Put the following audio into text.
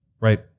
Right